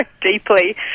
deeply